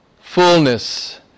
fullness